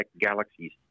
galaxies